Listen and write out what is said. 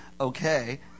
okay